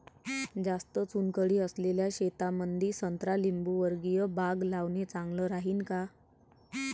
जास्त चुनखडी असलेल्या शेतामंदी संत्रा लिंबूवर्गीय बाग लावणे चांगलं राहिन का?